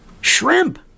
Shrimp